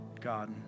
God